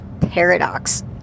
Paradox